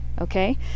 Okay